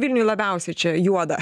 vilniuj labiausiai čia juoda